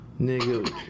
Nigga